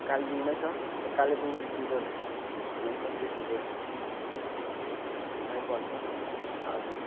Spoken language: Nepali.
कालेबुङमा छ कालेबुङ ऋषि रोडमा छ ऋषि रोड मा पर्छ हजुर